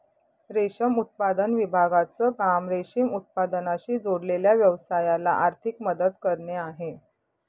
रेशम उत्पादन विभागाचं काम रेशीम उत्पादनाशी जोडलेल्या व्यवसायाला आर्थिक मदत करणे आहे